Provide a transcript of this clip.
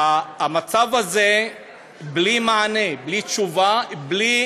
המצב הזה הוא בלי מענה, בלי תשובה, בלי